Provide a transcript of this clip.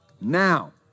Now